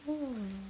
!whoa!